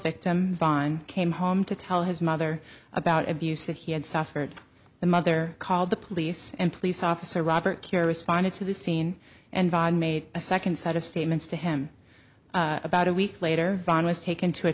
vaughn came home to tell his mother about abuse that he had suffered the mother called the police and police officer robert cure responded to the scene and vine made a second set of statements to him about a week later ron was taken to a